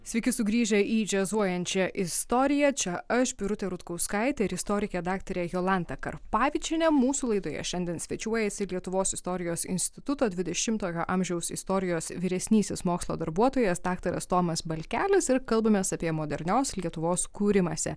sveiki sugrįžę į džiazuojančią istoriją čia aš birutė rutkauskaitė ir istorikė daktarė jolanta karpavičienė mūsų laidoje šiandien svečiuojasi lietuvos istorijos instituto dvidešimtojo amžiaus istorijos vyresnysis mokslo darbuotojas daktaras tomas balkelis ir kalbamės apie modernios lietuvos kūrimąsi